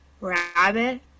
Rabbit